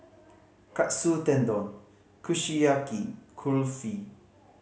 Katsu Tendon Kushiyaki Kulfi